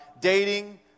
dating